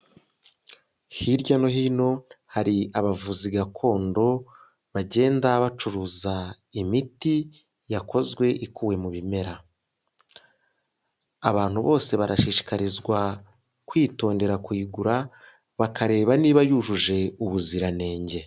Hirya no hino, hari abavuzi gakondo, bagenda bacuruza imiti yakozwe ikuwe mu bimera, abantu bose barashishikarizwa kwitondera kuyigura, bakareba niba yujuje ubuziranenge.